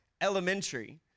elementary